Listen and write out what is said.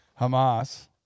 Hamas—